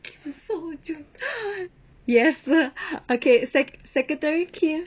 kim soo jok yes okay sec~ secretary kim